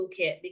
toolkit